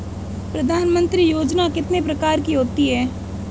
प्रधानमंत्री योजना कितने प्रकार की होती है?